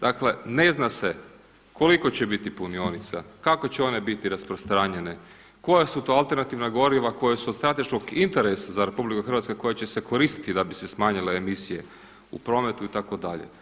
Dakle, ne zna se koliko će biti punionica, kako će one biti rasprostranjenje, koja su to alternativna goriva koja su od strateškog interesa za RH koja će se koristiti da bi se smanjile emisije u prometu itd.